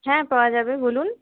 হ্যাঁ পাওয়া যাবে বলুন